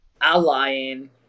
allying